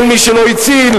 אל מי שלא הציל.